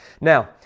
Now